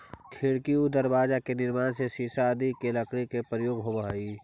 खिड़की आउ दरवाजा के निर्माण में शीशम आदि के लकड़ी के प्रयोग होवऽ हइ